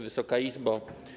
Wysoka Izbo!